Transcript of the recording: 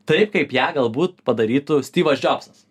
taip kaip ją galbūt padarytų stivas džobsas